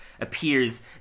appears